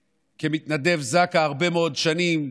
כמתנדב זק"א הרבה מאוד שנים,